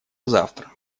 завтра